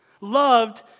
Loved